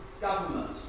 government